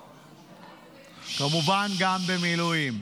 כמובן, גם במילואים,